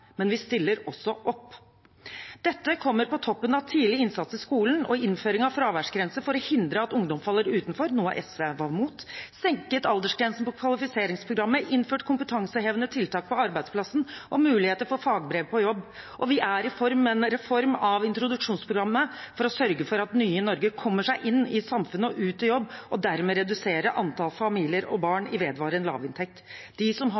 men vi stiller også opp. Dette kommer på toppen av tidlig innsats i skolen og innføring av fraværsgrense for å hindre at ungdom faller utenfor – noe SV var imot – senket aldersgrensen for kvalifiseringsprogrammet, innført kompetansehevende tiltak på arbeidsplassen og muligheter for fagbrev på jobb. Og vi er i ferd med en reform av introduksjonsprogrammet for å sørge for at nye i Norge kommer seg inn i samfunnet og ut i jobb, og dermed redusere antall familier og barn med vedvarende lavinntekt. De som har